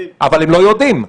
הם לא יודעים.